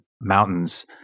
Mountains